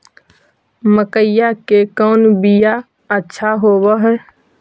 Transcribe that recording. मकईया के कौन बियाह अच्छा होव है?